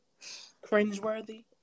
cringeworthy